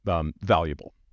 valuable